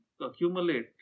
accumulate